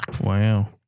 Wow